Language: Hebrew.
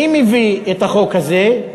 מי מביא את החוק הזה?